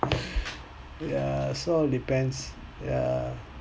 ya so all depends ya